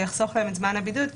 זה יחסוך להם את זמן הבידוד.